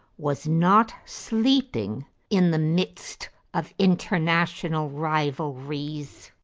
was not sleeping in the midst of international rivalries.